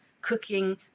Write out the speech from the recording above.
cooking